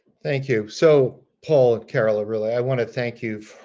thank you. so paul, and carol, ah really, i want to thank you for